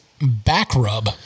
Backrub